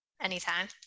anytime